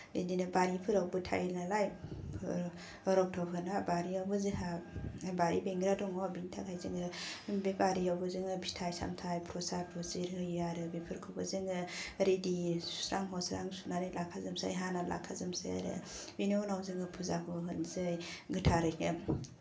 बिदिनो बारिफोरावबो थायो नालाय रक्त'फोरा बारिआवबो जोंहा बारि बेंग्रा दङ बेनिथाखायनो जोङो बे बारिआवबो जोङो फिथाइ सामथाय प्रसाद भ्रुजिर होयो आरो बेफोरखौबो जोङो रेदि सुस्रां हस्रां सुनानै लाखाजोबनोसै हानानै लाखाजोबनोसै आरो बेनि उनाव जोङो फुजाखौ होनोसै गोथारैनो